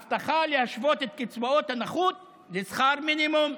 הבטחה להשוות את קצבאות הנכות לשכר מינימום.